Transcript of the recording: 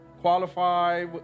qualify